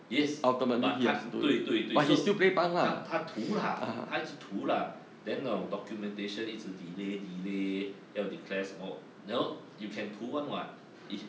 yes but 他对对对 so 他他图 lah 他一直图 lah then 那种 documentation 一直 delay delay 要 declares 什么然后 you can 图 [one] [what]